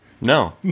No